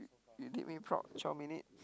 they did me proud twelve minute